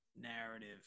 narrative